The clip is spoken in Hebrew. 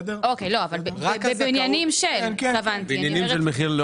התכוונתי לבניינים של מחיר משתכן.